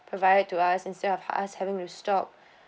provided to us instead of us having to stop